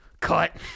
cut